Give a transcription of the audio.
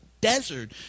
desert